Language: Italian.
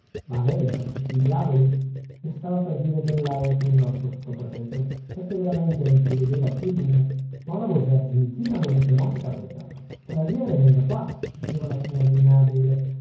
ma lei per tutti i diavoli e stava per dire dell'altro il nostro sottoprefetto perchè veramente non ci vedeva più lume ma una voce argentina lo richiamò in carreggiata cavaliere venga qua diceva la signorina adele